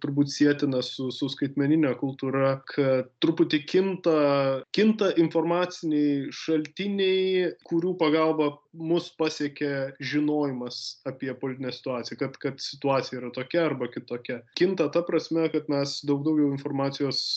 turbūt sietina su su skaitmenine kultūra kad truputį kinta kinta informaciniai šaltiniai kurių pagalba mus pasiekė žinojimas apie politinę situaciją kad kad situacija yra tokia arba kitokia kinta ta prasme kad mes daug daugiau informacijos